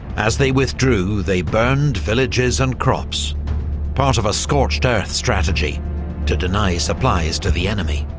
as they withdrew they burned villages and crops part of a scorched earth strategy to deny supplies to the enemy.